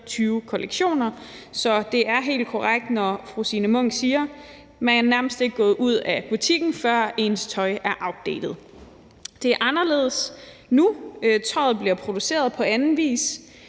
Så det er helt korrekt, når fru Signe Munk siger, at man nærmest ikke er gået ud af butikken, før ens tøj er outdated. Det er anderledes nu. Tøjet bliver produceret på anden vis,